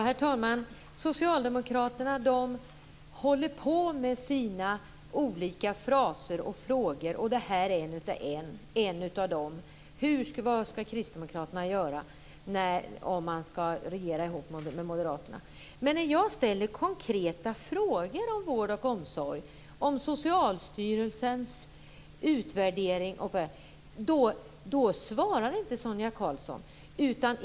Herr talman! Socialdemokraterna håller på med sina olika fraser och frågor och det här är en av dem. Vad skall Kristdemokraterna göra om de skall regera ihop med Moderaterna? Men när jag ställer konkreta frågor om vård och omsorg, om Socialstyrelsens utvärdering svarar inte Sonia Karlsson.